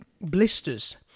Blisters